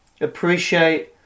appreciate